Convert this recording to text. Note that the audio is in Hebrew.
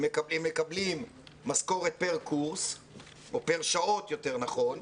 הם מקבלים משכורת פר קורס או פר שעות יותר נכון,